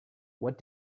what